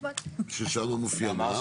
ששם מופיע מה?